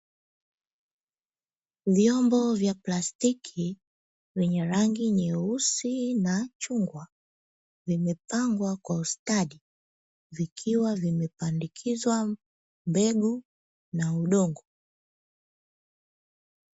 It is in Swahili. Vyombo vy plastiki vyenye rangi nyeusi na chungwa vimepangwa kwa ustadi vikiwa vimepandikizwa mbegu na udongo.